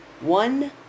One